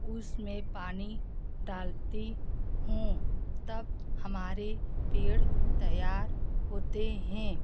उस में पानी डालती हूँ तब हमारे पेड़ तैयार होते हैं